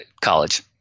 college